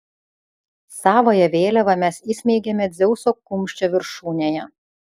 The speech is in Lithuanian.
savąją vėliavą mes įsmeigėme dzeuso kumščio viršūnėje